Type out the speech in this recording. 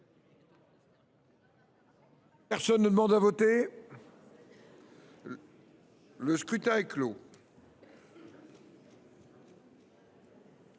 Personne ne demande plus à voter ?… Le scrutin est clos.